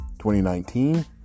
2019